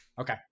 Okay